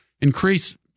increase –